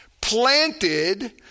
planted